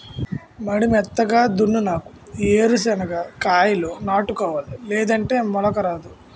మడి మెత్తగా దున్నునాకే ఏరు సెనక్కాయాలు నాటుకోవాలి లేదంటే మొలక రాదు